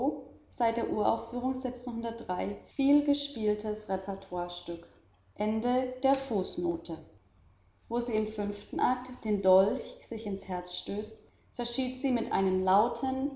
der viel gespielt repratur wo sie im fünften akt den dolch sich ins herz stößt verschied sie mit einem lauten